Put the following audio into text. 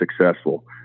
successful